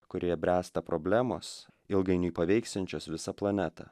kurioje bręsta problemos ilgainiui paveiksiančios visą planetą